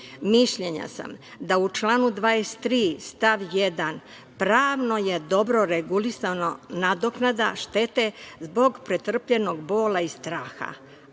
sam da je u članu 23. stav 1. pravno dobro regulisana nadoknada štete zbog pretrpljenog bola i straha,